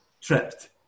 tripped